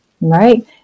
right